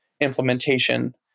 implementation